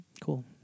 Cool